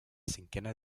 cinquena